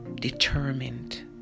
determined